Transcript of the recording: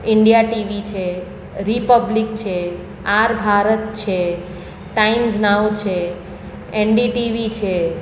India TV છે Republic છે R Bharat છે ટાઈમ્સ નાવ છે એનડીટીવી છે